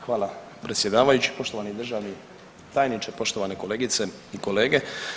Hvala predsjedavajući, poštovani državni tajniče, poštovane kolegice i kolege.